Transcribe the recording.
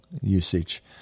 usage